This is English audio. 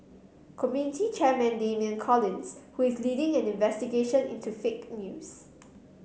committee chairman Damian Collins who is leading an investigation into fake news